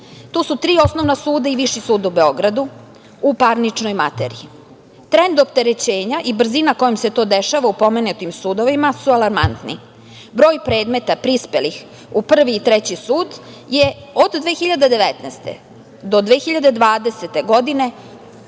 To su tri osnovna suda i Viši sud u Beogradu, u parničnoj materiji. Trend opterećenja i brzina kojom se to dešava u pomenutim sudovima su alarmantni. Broj predmeta prispelih u Prvi i Treći sud je od 2019. do 2020. godine